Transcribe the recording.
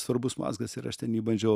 svarbus mazgas ir aš ten jį bandžiau